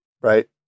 right